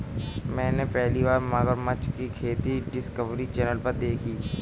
मैंने पहली बार मगरमच्छ की खेती डिस्कवरी चैनल पर देखी